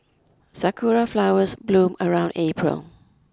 sakura flowers bloom around April